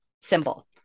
symbol